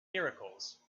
miracles